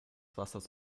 wassers